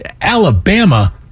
Alabama